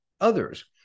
others